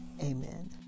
Amen